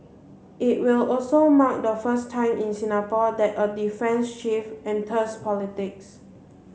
it will also mark the first time in Singapore that a defence chief enters politics